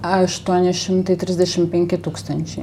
aštuoni šimtai trisdešim penki tūkstančiai